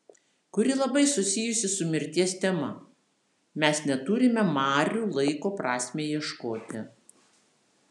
kuri labai susijusi su mirties tema mes neturime marių laiko prasmei ieškoti